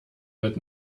wird